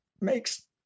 Makes